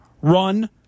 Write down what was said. run